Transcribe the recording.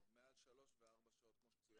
לא, מעל שלוש וארבע שעות כמו שצוין פה.